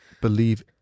believe